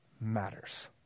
matters